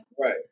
Right